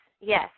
yes